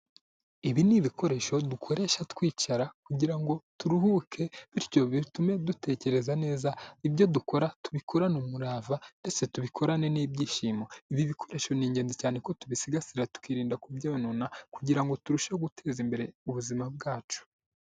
Ibi ni ibikoresho dukoresha twicara kugira ngo turuhuke bityo bitume dutekereza neza, ibyo dukora tubikorarane umurava ndetse tubikorane n'ibyishimo, ibi bikoresho ni ingenzi cyane ko tubisigasira tukirinda kubyonona kugira ngo turusheho guteza imbere ubuzima bwacu.